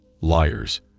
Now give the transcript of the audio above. liars